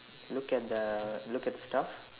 look at the look at the stuff